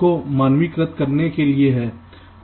को मानकीकृत करने के लिए है